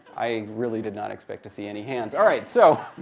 i really did not expect to see any hands. all right, so